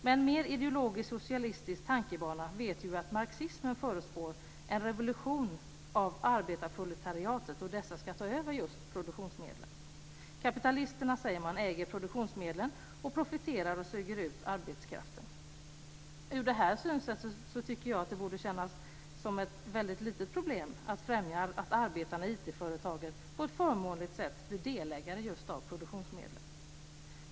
Med en mer ideologisk socialistisk tankebana vet vi ju att marxismen förutspår en revolution av arbetarproletariatet, då dessa ska ta över just produktionsmedlen. Kapitalisterna, säger man, äger produktionsmedlen, profiterar och suger ut arbetskraften. Ur det synsättet tycker jag att det borde kännas som ett litet problem att främja att arbetarna i IT-företagen på ett förmånligt sätt blir delägare av just produktionsmedlen.